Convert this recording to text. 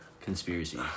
conspiracy